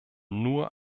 nur